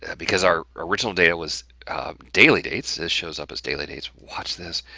because our original data was daily dates, this shows up as daily dates. watch this,